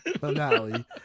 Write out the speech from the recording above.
finale